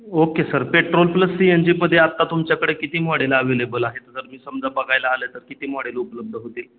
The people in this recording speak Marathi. okay sir petrol plus C N G मध्ये आता तूमच्याकडे किती मॉडेल अवेलेबल आहे तर जर मी समजा बघायला आलो तर किती मॉडेल उपलब्ध होतील